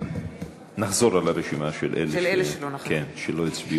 נחזור על הרשימה של אלה שלא הצביעו.